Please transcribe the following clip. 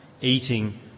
eating